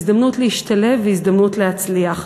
הזדמנות להשתלב והזדמנות להצליח.